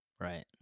Right